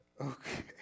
Okay